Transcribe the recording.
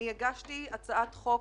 אני הגשתי הצעת חוק